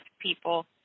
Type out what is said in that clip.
people